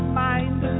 mind